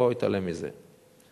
לא אתעלם מזה.